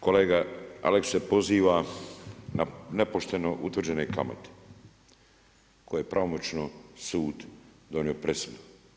Kolega Aleksić se poziva na nepošteno utvrđene kamate koje pravomoćno sud donio presudu.